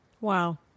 Wow